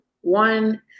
one